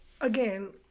again